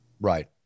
Right